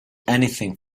anything